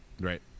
right